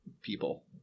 people